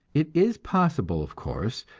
it is possible, of course,